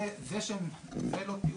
זה לא טיעון.